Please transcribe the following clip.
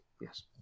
yes